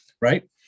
right